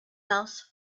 else